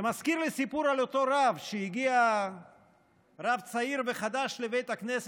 זה מזכיר לי סיפור על אותו רב צעיר וחדש שהגיע לבית הכנסת,